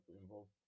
involved